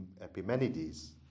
Epimenides